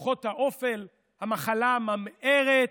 כוחות האופל, המחלה ממארת.